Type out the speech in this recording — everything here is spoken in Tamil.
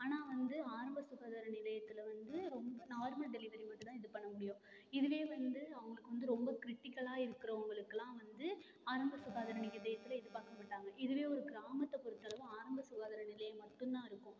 ஆனால் வந்து ஆரம்ப சுகாதார நிலையத்தில் வந்து ரொம்ப நார்மல் டெலிவரி மட்டும் தான் இது பண்ண முடியும் இதுவே வந்து அவங்குளுக்கு வந்து ரொம்ப க்ரிட்டிக்கல்லாக இருக்கிறவங்களுக்குலாம் வந்து ஆரம்ப சுகாதார நிலையத்தில் இது பார்க்கமாட்டாங்க இதுவுவே ஒரு கிராமத்தப் பொருத்த அளவில் ஆரம்ப சுகாதார நிலையம் மட்டும் தான் இருக்கும்